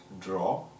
draw